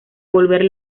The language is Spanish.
volver